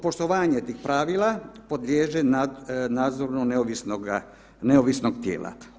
Poštovanje tih pravila poliježe nadzoru neovisnog tijela“